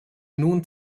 nun